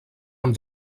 amb